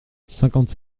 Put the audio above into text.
cinquante